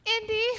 Indy